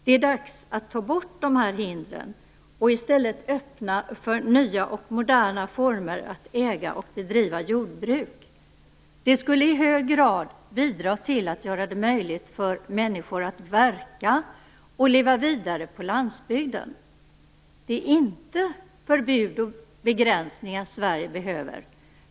Det är dags att ta bort dessa hinder och i stället öppna för nya och moderna former att äga och bedriva jordbruk. Det skulle i hög grad bidra till att göra det möjligt för människor att verka och leva vidare på landsbygden. Det är inte förbud och begränsningar Sverige behöver.